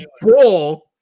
ball